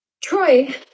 Troy